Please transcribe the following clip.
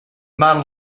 man